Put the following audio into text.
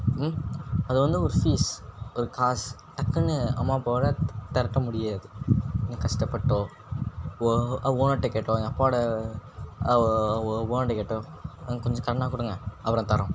அது வந்து ஒரு ஃபீஸ் ஒரு காசு டக்குன்னு அம்மா அப்பாவால் தெ திரட்ட முடியாது கொஞ்சம் கஷ்டப்பட்டோ ஓ ஓனர்ட்ட கேட்டோ எங்கள் அப்பாவோடய ஓனர்ட்ட கேட்டோ கொஞ்சம் கடனாக கொடுங்க அப்புறம் தர்றோம்